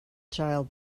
child